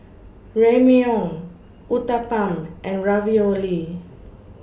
Ramyeon Uthapam and Ravioli